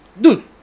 dude